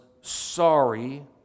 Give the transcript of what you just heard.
sorry